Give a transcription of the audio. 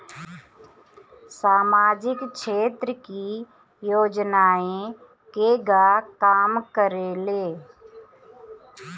सामाजिक क्षेत्र की योजनाएं केगा काम करेले?